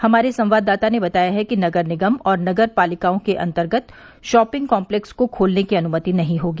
हमारे संवाददाता ने बताया है कि नगर निगम और नगर पालिकाओं के अंतर्गत शॉपिंग कॉम्प्लेक्स को खोलने की अनुमति नहीं होगी